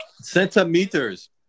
Centimeters